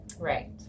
Right